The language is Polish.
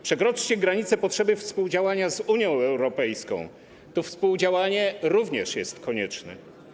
Przekroczcie granicę potrzeby współdziałania z Unią Europejską, to współdziałanie również jest konieczne.